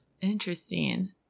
Interesting